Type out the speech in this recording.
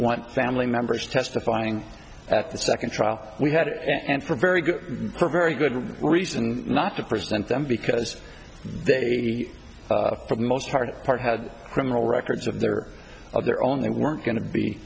want family members testifying at the second trial we had it and for very good very good reason not to present them because they were most hard part had criminal records of their of their own they weren't going to be